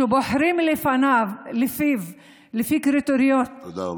תפקיד שבוחרים אליו נשים מתאימות לפי קריטריונים,